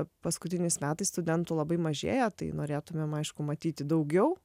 paskutiniais metais studentų labai mažėja tai norėtumėm aišku matyti daugiau